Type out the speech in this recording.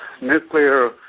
nuclear